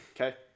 okay